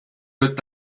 wird